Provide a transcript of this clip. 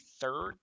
third